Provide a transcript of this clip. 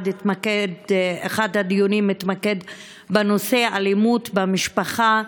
אחד הדיונים התמקד בנושא אלימות במשפחה.